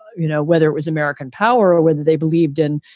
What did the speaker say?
you know, whether it was american power or whether they believed in,